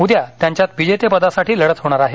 उद्या यांच्यात विजेतेपदासाठी लढत होणार आहे